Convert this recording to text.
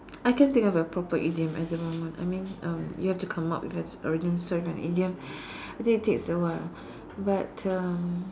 I can't think of a proper idiom at the moment I mean um you have to come up with its origin story for an idiom I think it takes a while but um